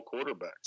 quarterbacks